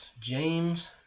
James